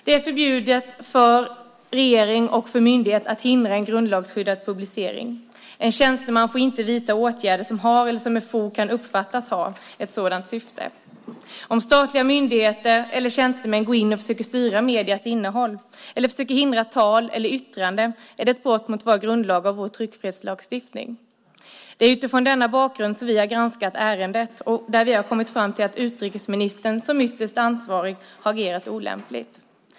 Det är förbjudet för regeringen och en myndighet att hindra en grundlagsskyddad publicering. En tjänsteman får inte vidta åtgärder som har, eller med fog kan uppfattas ha, ett sådant syfte. Om statliga myndigheter eller tjänstemän går in och försöker styra mediernas innehåll eller försöker hindra tal eller yttrande är det ett brott mot våra grundlagar och vår tryckfrihetslagstiftning. Det är utifrån denna bakgrund som vi har granskat ärendet och har kommit fram till att utrikeministern, som ytterst ansvarig, har agerat olämpligt.